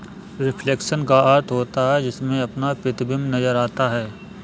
reflection का अर्थ होता है जिसमें अपना प्रतिबिंब नजर आता है